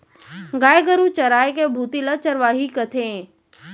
गाय गरू चराय के भुती ल चरवाही कथें